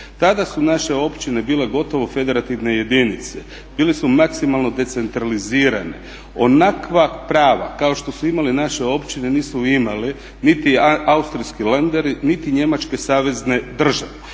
Tada su naše općine bile gotovo federativne jedinice, bile su maksimalno decentralizirane. Onakva prava kao što su imale naše općine nisu imali niti austrijski landeri, niti njemačke savezne države.